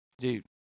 Dude